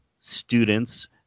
students